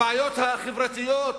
הבעיות החברתיות,